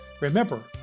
remember